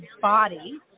body